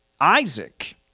Isaac